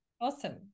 Awesome